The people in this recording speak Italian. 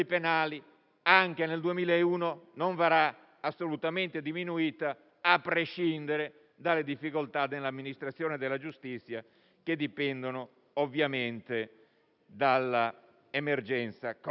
anche nel 2021 non verrà assolutamente diminuita, a prescindere ovviamente dalle difficoltà dell'amministrazione della giustizia che dipendono dall'emergenza Covid.